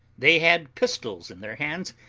they had pistols in their hands,